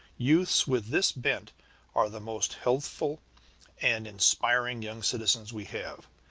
youths with this bent are the most healthful and inspiring young citizens we have.